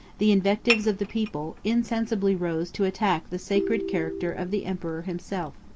the invectives of the people insensibly rose to attack the sacred character of the emperor himself.